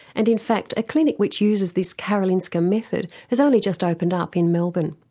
and in fact a clinic which uses this karolinska method has only just opened up in melbourne.